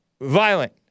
Violent